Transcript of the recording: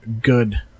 good